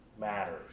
matters